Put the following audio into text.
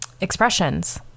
Expressions